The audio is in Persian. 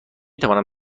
توانم